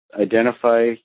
identify